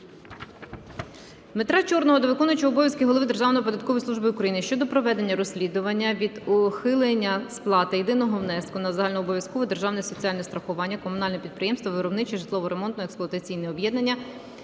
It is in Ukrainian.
Дмитра Чорного до виконуючого обов'язки Голови Державної податкової служби України щодо проведення розслідування від ухилення сплати єдиного внеску на загальнообов'язкове державне соціальне страхування комунальним підприємством "Виробниче житлово-ремонтно-експлуатаційне об'єднання"